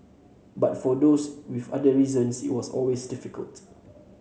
but for those with other reasons it's always difficult